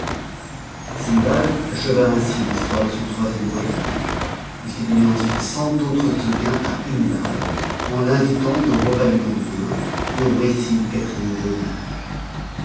sindbad acheva ainsi l'histoire de son troisième voyage il fit donner ensuite cent autres sequins à hindbad en l'invitant au repas dulendeman et au récit du quatrième voyage